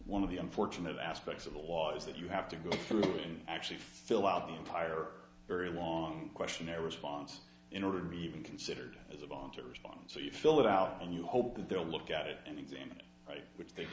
one of the unfortunate aspects of the law is that you have to go through in actually fill out the entire very long questionnaire response in order to be even considered as a volunteer respond so you fill it out and you hope that they'll look at it and examine which they